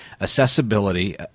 accessibility